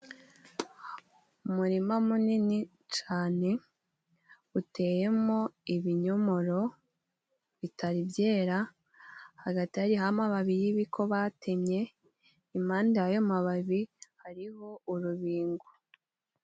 Umurima munini cane uteyemo ibinyomoro bitaribyeyera, hagati hariho ababiri y'ibiko batemye, impande y'ayo mababi hariho urubingo.